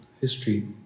history